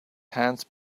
hands